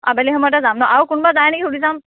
আবেলি সময়তে যাম ন আৰু কোনোবা যায় নেকি সুধি চাম